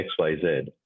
XYZ